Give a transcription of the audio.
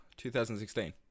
2016